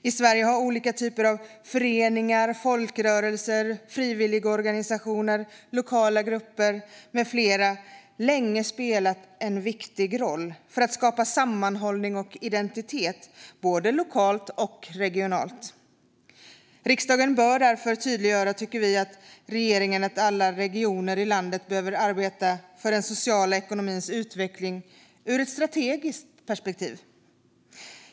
I Sverige har olika typer av föreningar, folkrörelser, frivilligorganisationer, lokala grupper med flera länge spelat en viktig roll för att skapa sammanhållning och identitet både lokalt och regionalt. Vi tycker därför att riksdagen bör tydliggöra för regeringen att alla regioner i landet behöver arbeta för den sociala ekonomins utveckling ur ett strategiskt perspektiv.